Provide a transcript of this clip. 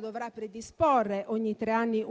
dovrà predisporre ogni tre anni un